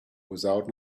without